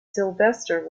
sylvester